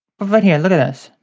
but right here, look at this.